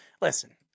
listen